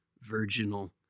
virginal